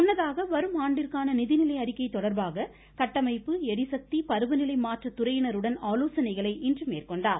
முன்னதாக வரும் ஆண்டிற்கான நிதிநிலை அறிக்கை தொடர்பாக கட்டமைப்பு எரிசக்தி பருவநிலை மாற்ற துறையினருடன் ஆலோசனைகளை இன்று மேற்கொண்டார்